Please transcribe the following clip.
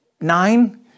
nine